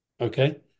okay